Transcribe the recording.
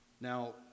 Now